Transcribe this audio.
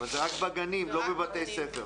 אבל זה רק בגנים, לא בבתי ספר.